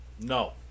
No